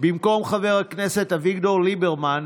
במקום חבר הכנסת אביגדור ליברמן,